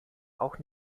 auch